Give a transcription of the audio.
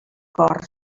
cor